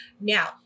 Now